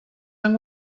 han